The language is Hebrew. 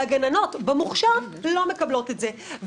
והגננות במוכש"ר לא מקבלות את זה.